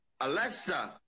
Alexa